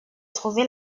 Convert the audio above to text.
trouver